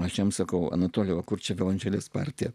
aš jam sakau anatoli kur čia violončelės partija